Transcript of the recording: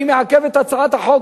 אני מעכב את הצעת החוק,